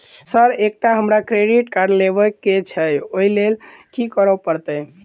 Sir एकटा हमरा credit card लेबकै छैय ओई लैल की करऽ परतै?